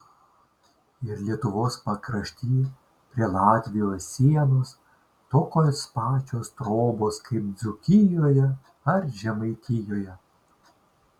ir lietuvos pakrašty prie latvijos sienos tokios pačios trobos kaip dzūkijoje ar žemaitijoje